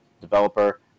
developer